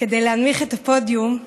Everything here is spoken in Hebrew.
כדי להנמיך את הפודיום,